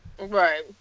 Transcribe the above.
right